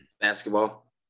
Basketball